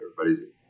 Everybody's